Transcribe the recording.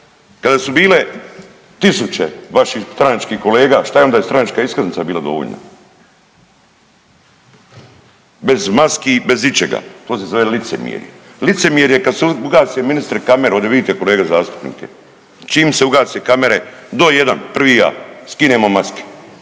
kada su bile tisuće vaših stranačkih kolega, šta je onda stranačka iskaznica bila dovoljna? Bez maski, bez ičega. To se zove licemjerje, licemjerje kada se ugase ministre kamere ovdje vidite kolege zastupnike, čim se ugase kamere do jedan, prvi ja, skinemo maske.